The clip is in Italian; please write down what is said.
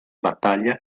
battaglia